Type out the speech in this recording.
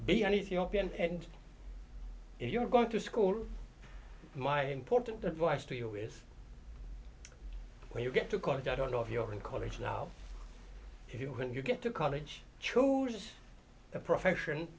be anything or be and if you're going to school my important advice to you is when you get to college i don't know if you're in college now when you get to college chose a profession